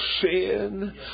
sin